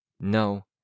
No